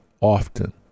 often